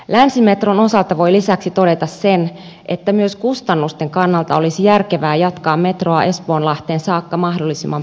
länsimetron osalta voi lisäksi todeta sen että myös kustannusten kannalta olisi järkevää jatkaa metroa espoonlahteen saakka mahdollisimman pian